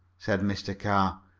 said mr. carr.